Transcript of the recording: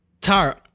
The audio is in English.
Tara